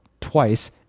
twice